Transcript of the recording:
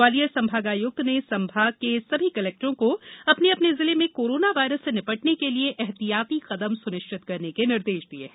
ग्वालियर संभागायुक्त ने संभाग के सभी कलेक्टरों को अपने अपने जिले में कोरोना वायरस से निपटने के लिये एहतियाती कदम सुनिश्चित करने के निर्देश दिये हैं